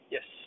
Yes